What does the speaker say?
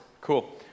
Cool